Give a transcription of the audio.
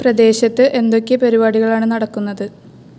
പ്രദേശത്ത് എന്തൊക്കെ പരിപാടികളാണ് നടക്കുന്നത്